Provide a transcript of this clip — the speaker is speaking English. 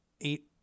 eight